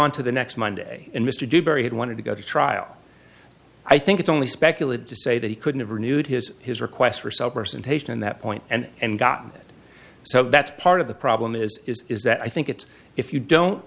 to the next monday and mr dewberry had wanted to go to trial i think it's only speculate to say that he couldn't have renewed his his request for suppers and haitian and that point and and gotten it so that's part of the problem is is that i think it's if you don't